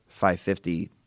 550